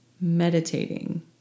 meditating